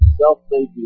self-made